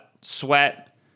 sweat